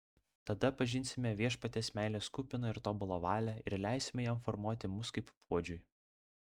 tada pažinsime viešpaties meilės kupiną ir tobulą valią ir leisime jam formuoti mus kaip puodžiui